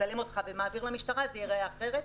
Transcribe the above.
מצלם אותך ומעביר למשטרה זה ייראה אחרת,